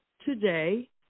today